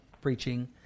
preaching